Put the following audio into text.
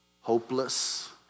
hopeless